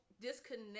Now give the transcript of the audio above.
disconnect